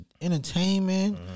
entertainment